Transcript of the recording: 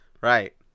Right